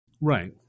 Right